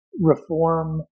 reform